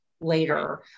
later